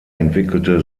entwickelte